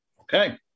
Okay